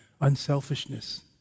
unselfishness